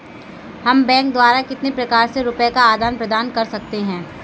हम बैंक द्वारा कितने प्रकार से रुपये का आदान प्रदान कर सकते हैं?